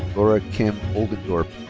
laura kim oldendorp.